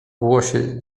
głosie